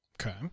Okay